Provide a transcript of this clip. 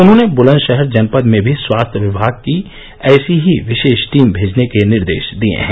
उन्होंने बुलंदशहर जनपद में भी स्वास्थ्य विभाग की ऐसी ही विशेष टीम भेजने के निर्देश दिए हैं